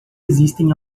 existem